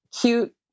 cute